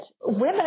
women